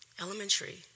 elementary